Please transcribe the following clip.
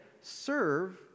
serve